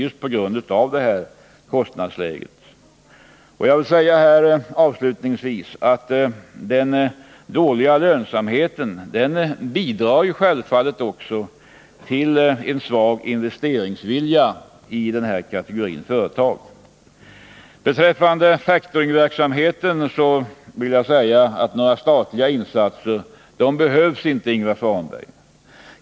Jag vill i det sammanhanget säga att den dåliga lönsamheten självfallet också bidrar till en svag investeringsvilja när det gäller investeringar i denna kategori företag. Beträffande factoringverksamheten vill jag säga, Ingvar Svanberg, att några statliga insatser inte behövs.